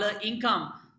income